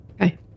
Okay